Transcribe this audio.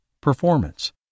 performance